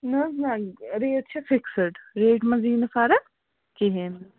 نہٕ حظ نَہ ریٹ چھےٚ فِکسٕڈ ریٹہِ منٛز یی نہٕ فرق کِہیٖنۍ نہٕ